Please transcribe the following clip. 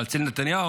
אבל אצל נתניהו,